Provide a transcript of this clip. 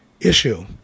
issue